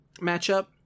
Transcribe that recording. matchup